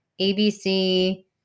abc